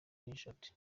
quesnot